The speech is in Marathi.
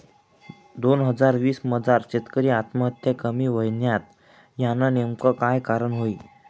दोन हजार वीस मजार शेतकरी आत्महत्या कमी व्हयन्यात, यानं नेमकं काय कारण व्हयी?